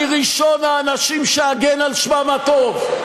אני ראשון האנשים שאגן על שמם הטוב,